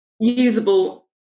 usable